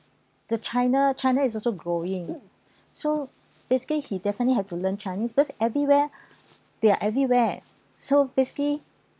the china china is also growing so basically he definitely have to learn chinese because everywhere they are everywhere so basically